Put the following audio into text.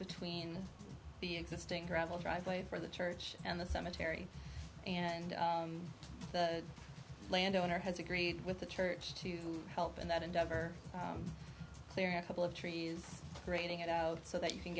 between the existing gravel driveway for the church and the cemetery and the landowner has agreed with the church to help in that endeavor there couple of trees creating it out so that you can